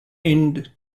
end